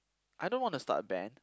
I don't wanna start a band